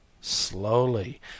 slowly